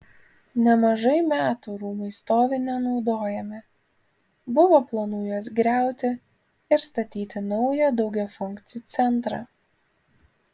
nemažai metų rūmai stovi nenaudojami buvo planų juos griauti ir statyti naują daugiafunkcį centrą